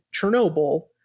Chernobyl